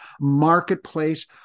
marketplace